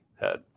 head